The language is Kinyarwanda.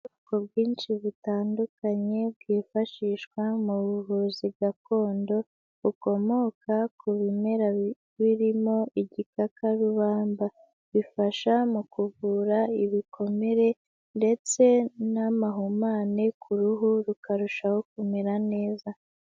Ubwoko bwinshi butandukanye bwifashishwa mu buvuzi gakondo, bukomoka ku bimera birimo igikakarubamba, bifasha mu kuvura ibikomere ndetse n'amahumane ku ruhu rukarushaho kumera neza.